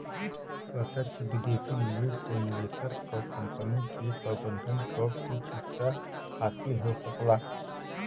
प्रत्यक्ष विदेशी निवेश से निवेशक क कंपनी के प्रबंधन क कुछ हिस्सा हासिल हो सकला